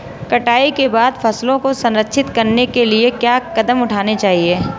कटाई के बाद फसलों को संरक्षित करने के लिए क्या कदम उठाने चाहिए?